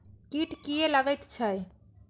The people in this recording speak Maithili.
कीट किये लगैत छै?